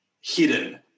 hidden